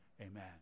amen